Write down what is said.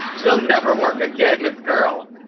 she'll never work again this girl?